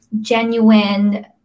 genuine